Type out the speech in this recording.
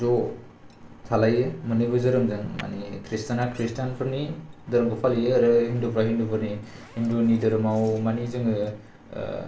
ज' थालायो मोननैबो धोरोमजों माने ख्रिस्तियाना ख्रिस्तियानफोरनि धोरोमखौ फालियो आरो हिन्दुफोरा हिन्दुफोरनि हिन्दुनि धोरोमाव मानि जोङो